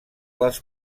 les